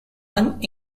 one